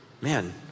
man